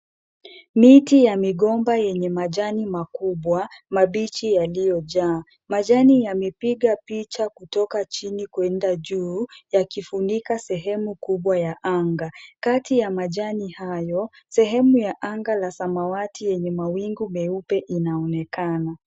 Miti ya migomba yenye majani makubwa mabichi yaliyojaa. Majani yamepiga picha kutoka chini kuenda juu yakifunika sehemu kubwa ya anga. Kati ya majani hayo, sehemu ya anga la samawati yenye mawingu meupe inaonekana.